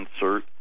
insert